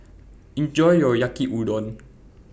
Enjoy your Yaki Udon